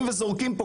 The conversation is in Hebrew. לניהול